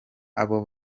abo